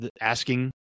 asking